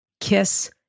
Kiss